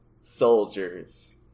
Soldiers